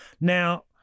Now